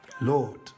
Lord